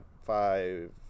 five